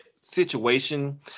situation